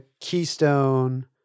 keystone